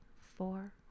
four